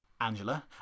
Angela